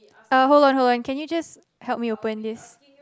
uh hold on hold on can you just help me open this